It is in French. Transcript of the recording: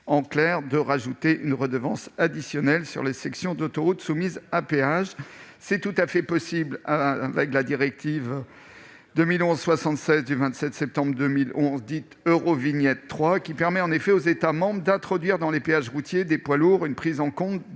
en clair, d'ajouter une redevance additionnelle sur les sections d'autoroute soumises à péage. La directive 2011/76/UE du 27 septembre 2011 dite « Eurovignette 3 » permet en effet aux États membres d'introduire dans les péages routiers des poids lourds une prise en compte